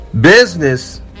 Business